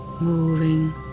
moving